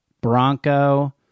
Bronco